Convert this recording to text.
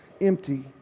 empty